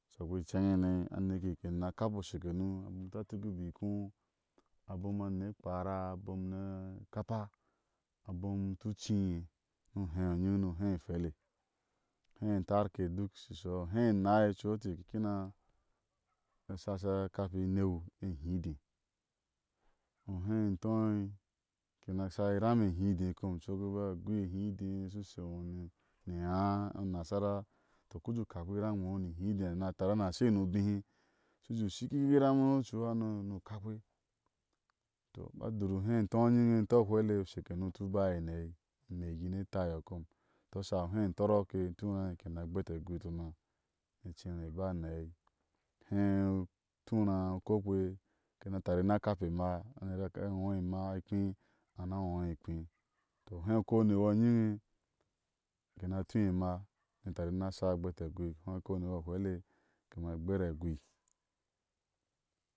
Sheukpe imceŋhane aneke ke ni a na kape u cekenu, abom a tá tuki bɔɔ ikó abccm a nine a nie kparaa, abom a ni e kapa, aboom u tu ci iye ni u hé u nyin ni uhe e ehueile uhé i entarke duk oshi shɔuhɔ uhe enáái ocui e inte ke kina a shashi a kape i inue e ihidé uhé intóói kena sha iram e hidé kom cok ba a gui ihidé iŋo u shu shewó ni eaa e inasara uku jé u ukakpe iram e ino ni ihide a tari na shei ni ube`hé tɔu shu jé shikihiram ocu hamo ni u kakpe tɔ aba dur uhe intonyiŋ m tɔɔ hwili ushe ke nu tiu baayi ni a aei imeei kinie tayi kom tɔ ashai uhé intɔrɔk ke ke ni a gbeti a guitama, cere bayir nia aɛi a he u tuu raa ukou kpe ke na tari na kape imma anera aɔ́i eikpe a ní a aɔi ikpe tɔ uhe aukou ni yɔ nyine ke ni a tuui imaa ni e tari ni a sha gbeti a gui uheeokou ni yɔ kwei le ke maai gber agui.